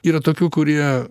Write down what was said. yra tokių kurie